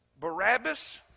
Barabbas